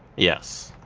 yes.